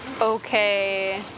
okay